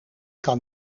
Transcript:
kan